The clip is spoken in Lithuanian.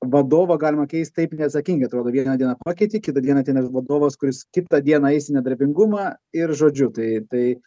vadovą galima keist taip neatsakingai atrodo vieną dieną pakeiti kitą dieną ateina ir vadovas kuris kitą dieną eis į nedarbingumą ir žodžiu tai tai